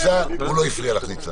ניצן לא הפריע לך.